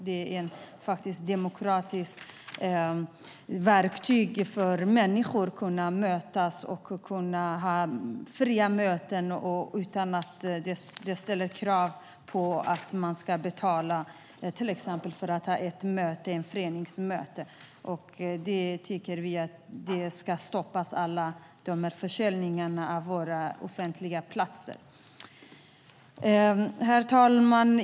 Det är ett demokratiskt verktyg för människor att kunna hålla föreningsmöten utan krav på betalning. Vi tycker att försäljningarna av våra offentliga platser ska stoppas. Herr talman!